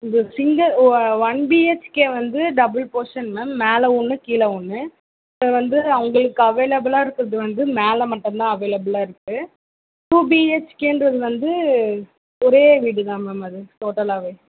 இது சிங்கிள் ஒ one B HK வந்து டபுள் போர்ஷன் மேம் மேலே ஒன்று கீழ ஒன்று இப்போ வந்து அவங்களுக்கு அவேலபிளாக இருக்கிறது வந்து மேலே மட்டும்தான் அவேலபிளாக இருக்கு டூ பி ஹெச்கேன்றது வந்து ஒரே வீடு தான் மேம் அது டோட்டலாகவே